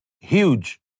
huge